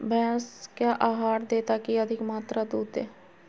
भैंस क्या आहार दे ताकि अधिक मात्रा दूध दे?